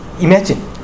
Imagine